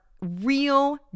real